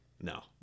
no